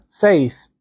faith